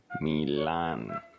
Milan